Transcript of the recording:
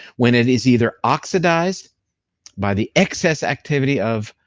when it is either oxidized by the excess activity of